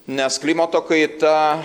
nes klimato kaita